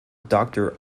doctor